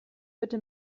bitte